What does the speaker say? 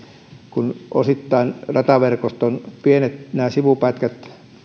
kun rataverkoston pienet sivupätkät